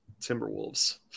Timberwolves